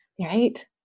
Right